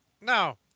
no